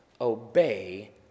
obey